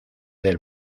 del